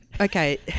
okay